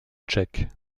tchèques